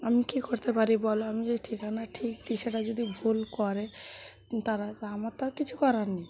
আমি কী করতে পারি বলো আমি যদি ঠিকানা ঠিক দিই সেটা যদি ভুল করে তারা তা আমার তো আর কিছু করার নেই